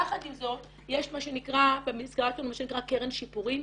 יחד עם זאת, יש מה שנקרא קרן שיפורים.